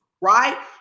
right